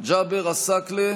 ג'אבר עסאקלה,